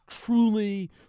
truly